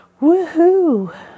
Woohoo